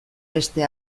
beste